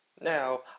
Now